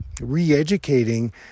re-educating